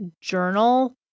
journal